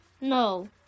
No